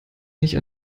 nicht